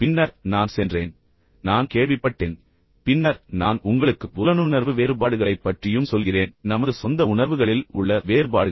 பின்னர் நான் சென்றேன் நான் கேள்விப்பட்டேன் பின்னர் நான் உங்களுக்கு புலனுணர்வு வேறுபாடுகளைப் பற்றியும் சொல்கிறேன் நமது சொந்த உணர்வுகளில் உள்ள வேறுபாடுகள்